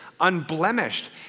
unblemished